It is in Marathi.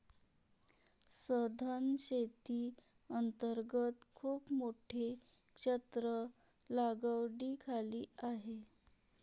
सधन शेती अंतर्गत खूप मोठे क्षेत्र लागवडीखाली आहे